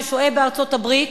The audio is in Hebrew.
ששוהה בארצות-הברית